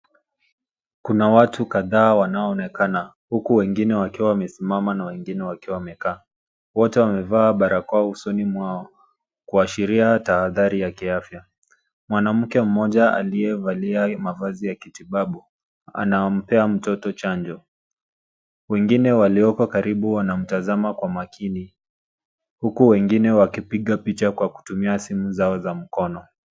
Kuna watu kadhaa wanaoonekana huku wengine wakiwa wamesimama na wengine wikiwa wamekaa. Wote wamevaa barakoa usoni mwao kuashiria tahadhari ya kiafya. Mwanamke mmoja aliyevalia mavazi ya kitibabu, anampea mtoto chanjo. Wengine walioko karibu wanamtazama kwa makini, huku wengine wakipiga picha kwa kutumia simu zao za mkono.